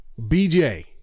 BJ